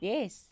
Yes